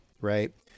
right